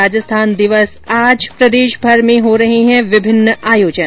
राजस्थान दिवस आज प्रदेशभर में हो रहे हैं विभिन्न आयोजन